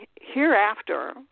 hereafter